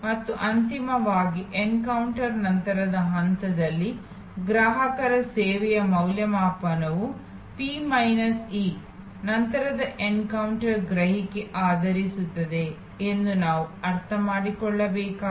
ಮತ್ತು ಅಂತಿಮವಾಗಿ ಎನ್ಕೌಂಟರ್ ನಂತರದ ಹಂತದಲ್ಲಿ ಗ್ರಾಹಕರ ಸೇವೆಯ ಮೌಲ್ಯಮಾಪನವು ಪಿ ಮೈನಸ್ ಇ ನಂತರದ ಎನ್ಕೌಂಟರ್ ಗ್ರಹಿಕೆ ಆಧರಿಸಿರುತ್ತದೆ ಎಂದು ನಾವು ಅರ್ಥಮಾಡಿಕೊಳ್ಳಬೇಕಾಗಿದೆ